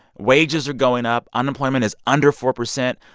wages are going up. unemployment is under four percent.